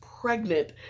pregnant